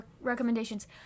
recommendations